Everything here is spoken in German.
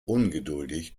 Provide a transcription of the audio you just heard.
ungeduldig